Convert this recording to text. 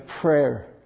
prayer